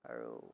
আৰু